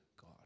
God